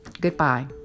Goodbye